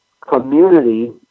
community